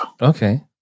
Okay